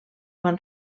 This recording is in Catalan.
van